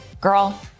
Girl